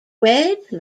wedge